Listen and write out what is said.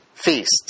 Feasts